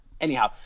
Anyhow